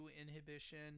inhibition